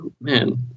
man